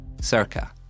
Circa